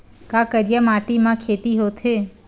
का करिया माटी म खेती होथे?